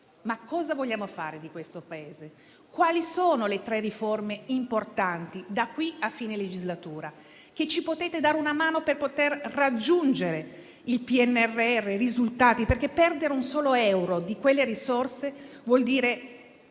che cosa vogliamo fare del Paese. Quali sono le tre riforme importanti da qui a fine legislatura che ci possono dare una mano per raggiungere i risultati del PNRR? Perdere un solo euro di quelle risorse vuol dire